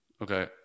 Okay